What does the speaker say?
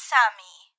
Sammy